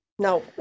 no